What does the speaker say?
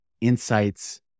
insights